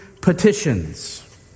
petitions